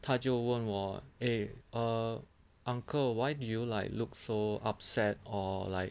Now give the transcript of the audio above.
他就问我 eh uh uncle why do you like look so upset or like